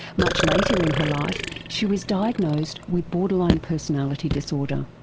much later in her life she was diagnosed with borderline personality disorder.